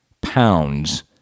pounds